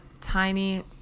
Tiny